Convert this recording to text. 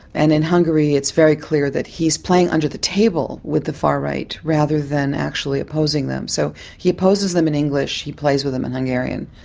and in hungary it's very clear that he is playing under the table with the far-right rather than actually opposing them. so he opposes them with english, he plays with them in hungarian.